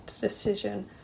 decision